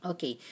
Okay